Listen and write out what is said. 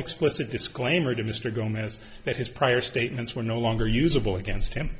explicit disclaimer to mr gomez that his prior statements were no longer usable against him